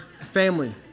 family